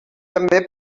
també